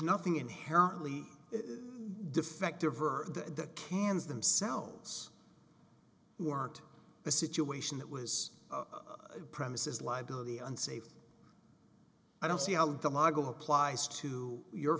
nothing inherently defective or the cans themselves who aren't the situation that was premises library on safe i don't see how the model applies to your